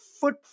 foot